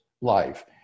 life